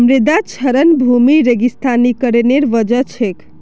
मृदा क्षरण भूमि रेगिस्तानीकरनेर वजह छेक